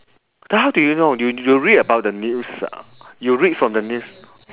then how do you know you you read about the news ah you read from the news